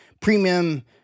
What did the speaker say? premium